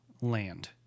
land